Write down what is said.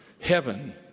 Heaven